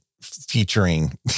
featuring